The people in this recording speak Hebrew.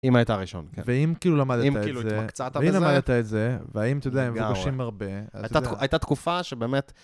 אימא הייתה הראשונה, כן. ואם כאילו למדת את זה, ואם כאילו התמקצעת בזה, ואם למדת את זה, ואם, אתה יודע, הם מבקשים הרבה... הייתה תקופה שבאמת...